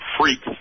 Freaks